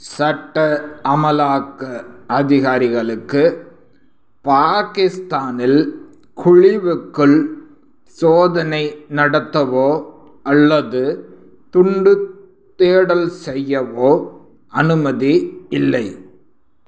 சட்ட அமலாக்க அதிகாரிகளுக்கு பாகிஸ்தானில் குழிவுக்குள் சோதனை நடத்தவோ அல்லது துண்டு தேடல் செய்யவோ அனுமதி இல்லை